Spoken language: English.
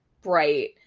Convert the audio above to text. bright